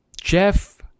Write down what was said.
Jeff